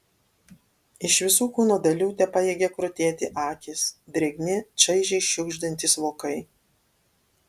iš visų kūno dalių tepajėgė krutėti akys drėgni čaižiai šiugždantys vokai